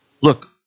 look